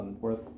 worth